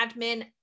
admin